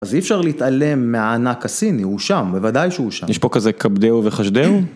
אז אי אפשר להתעלם מהענק הסיני, הוא שם, בוודאי שהוא שם. יש פה כזה כבדהו וחשדהו?